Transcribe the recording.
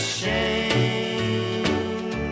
shame